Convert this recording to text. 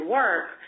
work